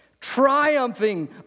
triumphing